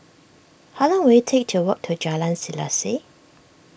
how long will it take to walk to Jalan Selaseh